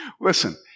Listen